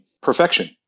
perfection